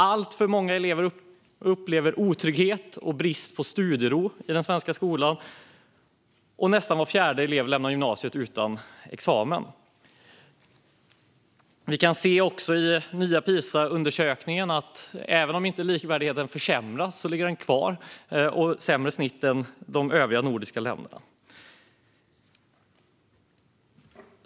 Alltför många upplever otrygghet och brist på studiero i den svenska skolan. Nästan var fjärde elev lämnar gymnasiet utan examen. Vi kan också se i nya PISA-undersökningen att även om inte likvärdigheten försämras finns den kvar. Vi har sämre snitt än de övriga nordiska länderna.